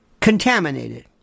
contaminated